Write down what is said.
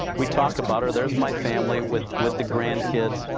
we talk about her, there is my family with with the grandkids,